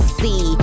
see